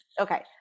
okay